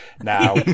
now